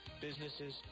businesses